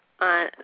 On